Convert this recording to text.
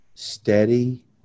steady